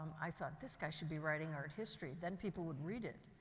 i thought this guy should be writing art history then people would read it,